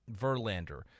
Verlander